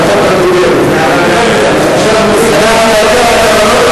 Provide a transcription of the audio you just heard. אבל איחרתי, על החוק הקודם.